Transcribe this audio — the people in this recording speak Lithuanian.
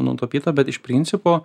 nutapyta bet iš principo